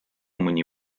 mõni